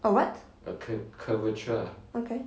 a what okay